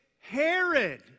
Herod